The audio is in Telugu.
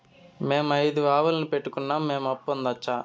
మేము ఐదు ఆవులని పెట్టుకున్నాం, మేము అప్పు పొందొచ్చా